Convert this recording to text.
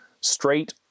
straight